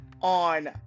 on